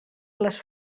les